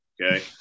Okay